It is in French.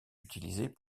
utilisées